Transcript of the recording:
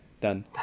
Done